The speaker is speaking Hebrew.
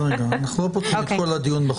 אז רגע, אנחנו לא פותחים את כל הדיון בחוק.